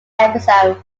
episode